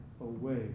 away